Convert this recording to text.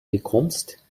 bekommst